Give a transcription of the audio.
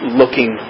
looking